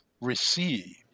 receive